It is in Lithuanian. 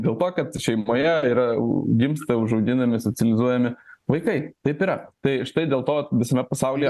dėl to kad šeimoje yra gimsta užauginami socializuojami vaikai taip yra tai štai dėl to visame pasaulyje